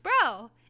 Bro